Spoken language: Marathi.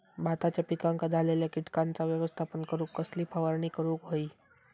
भाताच्या पिकांक झालेल्या किटकांचा व्यवस्थापन करूक कसली फवारणी करूक होई?